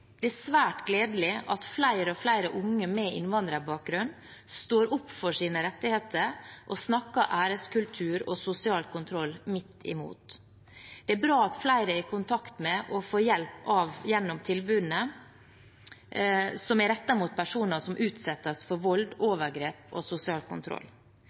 Det er svært gledelig at flere og flere unge med innvandrerbakgrunn står opp for sine rettigheter og snakker æreskultur og sosial kontroll midt imot. Det er bra at flere er i kontakt med og får hjelp gjennom tilbudene som er rettet mot personer som utsettes for vold, overgrep og sosial kontroll.